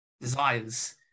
desires